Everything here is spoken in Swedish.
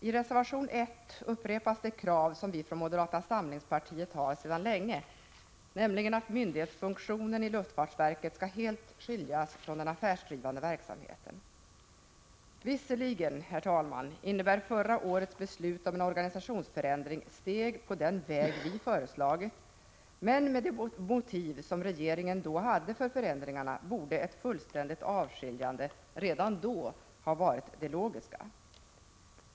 I reservation 1 upprepas det krav som vi från moderata samlingspartiet har ställt sedan länge, nämligen att myndighetsfunktionen i luftfartsverket skall helt skiljas från den affärsdrivande verksamheten. Visserligen innebär förra årets beslut om en organisationsförändring steg på den väg vi föreslagit, men med de motiv som regeringen hade för förändringarna borde ett fullständigt avskiljande redan då ha varit det logiska.